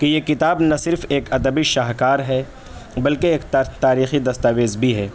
کہ یہ کتاب نہ صرف ایک ادبی شاہکار ہے بلکہ ایک تاریخی دستاویز بھی ہے